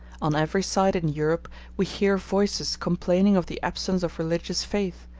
on every side in europe we hear voices complaining of the absence of religious faith,